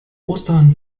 ostern